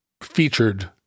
featured